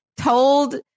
told